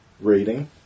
rating